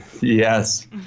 Yes